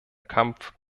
kampf